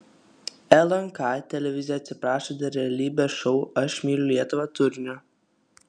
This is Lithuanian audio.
lnk televizija atsiprašo dėl realybės šou aš myliu lietuvą turinio